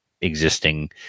existing